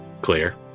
clear